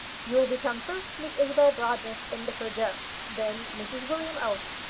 you will become first miss isabel brodrick indefer jones, then mrs william owen,